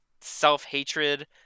self-hatred